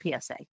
PSA